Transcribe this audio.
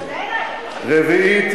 הוא פונה אלי, אדוני.